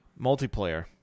Multiplayer